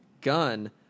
gun